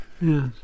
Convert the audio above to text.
Yes